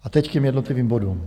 A teď k těm jednotlivým bodům.